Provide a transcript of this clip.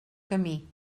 camí